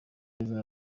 revenue